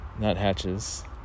Nuthatches